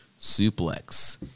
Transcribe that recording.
SUPLEX